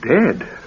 dead